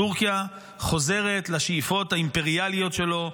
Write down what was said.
טורקיה חוזרת לשאיפות האימפריאליות שלה,